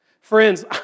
Friends